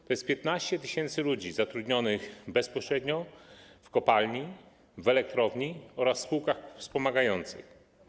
Chodzi o 15 tys. ludzi zatrudnionych bezpośrednio w kopalni, w elektrowni oraz w spółkach wspomagających.